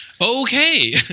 okay